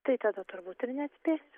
tai tada turbūt ir neatspėsiu